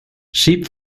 sheep